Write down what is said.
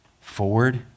forward